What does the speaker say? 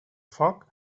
foc